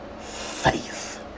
faith